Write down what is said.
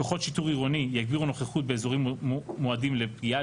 כוחות שיטור עירוני יגבירו נוכחות באזורים מועדים לפגיעה,